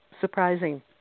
surprising